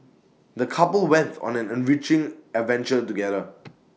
the couple went on an enriching adventure together